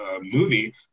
movie